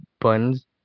buns